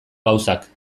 gauzak